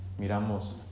Miramos